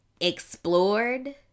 explored